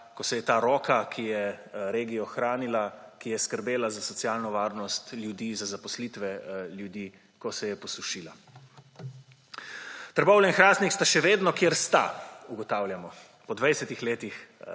ko se je ta roka, ki je regijo hranila, ki je skrbela za socialno varnost ljudi, za zaposlitve ljudi, posušila? Trbovlje in Hrastnik sta še vedno, kjer sta, ugotavljamo po 20 letih